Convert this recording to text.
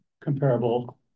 comparable